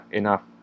enough